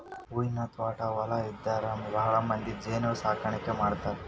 ಹೂವಿನ ತ್ವಾಟಾ ಹೊಲಾ ಇದ್ದಾರ ಭಾಳಮಂದಿ ಜೇನ ಸಾಕಾಣಿಕೆ ಮಾಡ್ತಾರ